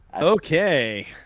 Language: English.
Okay